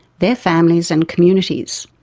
their families and communities.